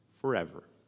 forever